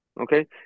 Okay